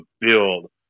build